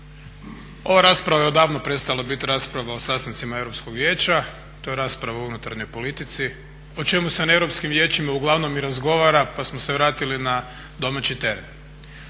Ova rasprava je odavno prestala biti rasprava o sastancima Europskog vijeća, to je rasprava o unutarnjoj politici o čemu se na Europskim vijećima uglavnom i razgovara pa smo se vratili na domaći teren.